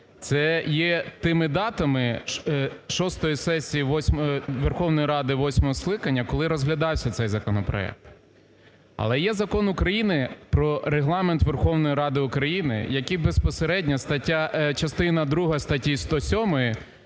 Це є тими датами шостої сесії Верховної Ради восьмого скликання, коли розглядався цей законопроект. Але є Закон України "Про Регламент Верховної Ради України", який безпосередньо (стаття…